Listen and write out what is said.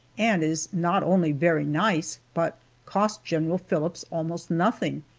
and is not only very nice, but cost general phillips almost nothing,